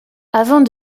avant